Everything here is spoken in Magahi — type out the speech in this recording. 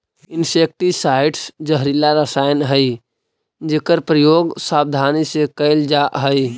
इंसेक्टिसाइट्स् जहरीला रसायन हई जेकर प्रयोग सावधानी से कैल जा हई